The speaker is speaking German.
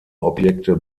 objekte